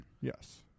Yes